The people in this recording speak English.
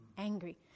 angry